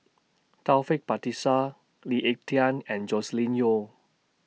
Taufik Batisah Lee Ek Tieng and Joscelin Yeo